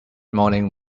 morning